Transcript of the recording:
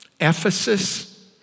Ephesus